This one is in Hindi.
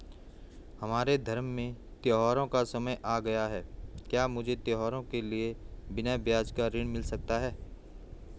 हमारे धर्म में त्योंहारो का समय आ गया है क्या मुझे त्योहारों के लिए बिना ब्याज का ऋण मिल सकता है?